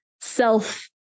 self-